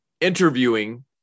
interviewing